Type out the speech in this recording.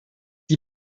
die